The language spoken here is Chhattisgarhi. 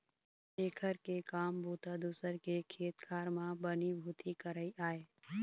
जेखर के काम बूता दूसर के खेत खार म बनी भूथी करई आय